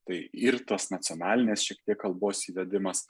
tai ir tos nacionalinės šiek tiek kalbos įvedimas